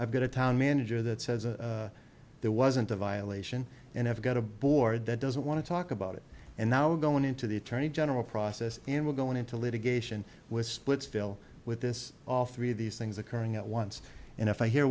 i've got a town manager that says there wasn't a violation and i've got a board that doesn't want to talk about it and now going into the attorney general process and we're going into litigation with splitsville with this all three of these things occurring at once and if i hear